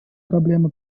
проблемы